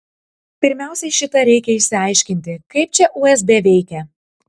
pirmiausiai šitą reikia išsiaiškinti kaip čia usb veikia